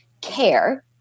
care